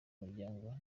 muryango